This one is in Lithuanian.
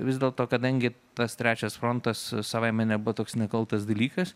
vis dėlto kadangi tas trečias frontas savaime nebuvo toks nekaltas dalykas